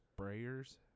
sprayers